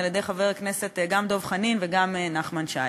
על-ידי חבר הכנסת דב חנין וגם חבר הכנסת נחמן שי.